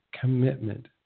commitment